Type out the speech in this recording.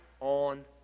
on